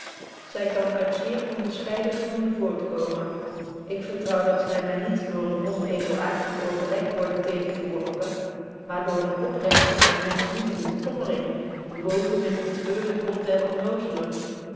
zy kan uit zeer onderscheiden gronden voortkomen ik vertrouw dat zy my niet door een onëdelaartig overleg word tegengeworpen maar door eene oprechte en menschlievende bekommering bewogen met het treurig lot der onnozelen